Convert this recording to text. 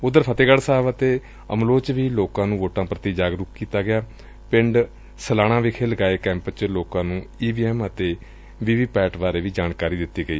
ਉਧਰ ਫੱਤਹਿਗੜ ਸਾਹਿਬ ਅਤੇ ਅਮਲੋਹ ਚ ਵੀ ਲੋਕਾਂ ਨੂੰ ਵੋਟਾਂ ਪੁਤੀ ਜਾਗਰੁਕ ਕੀਤਾ ਗਿਆ ਪਿੰਡ ਸਾਲਾਨਾ ਵਿਖੇ ਲਗਾਏ ਕੈਂਪ ਚ ਲੋਕਾਂ ਨੂੰ ਈ ਵੀ ਐੱਮ ਤੇ ਵੀ ਵੀ ਪੈਟ ਬਾਰੇ ਜਾਣਕਾਰੀ ਦਿੱਤੀ ਗਈ